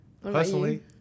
Personally